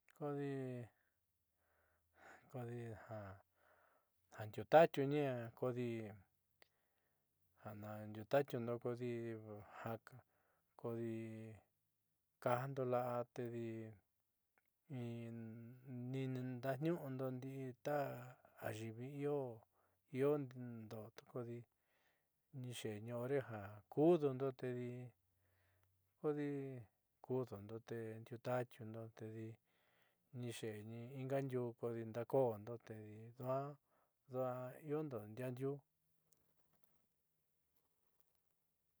Kodi kodi ja ndiuuta'atiuni kodi ja na ndiuuta'atiundo kodi ja kodi kaajndo la'a tedi in ni ini ndaatniu'undo ndi'i ta ayiivi iondo kodi niixe'eni hore ja kuudundo tedi kodi kuudundo te ndiuuta'atiundo tedi niixe'eni inga ndiuu kodi ndaako'ondo tedi duaá iondo ndiaá ndiuu.